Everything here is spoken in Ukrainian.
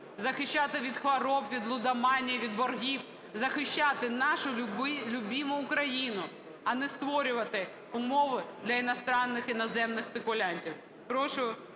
захищати від хвороб, від лудоманії, від боргів, захищати нашу любиму Україну, а не створювати умови для іноземних спекулянтів.